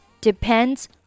depends